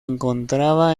encontraba